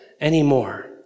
anymore